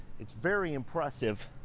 it's very impressive.